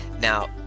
Now